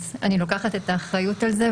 אני לוקחת את האחריות על זה.